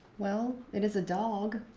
well, it is a dog.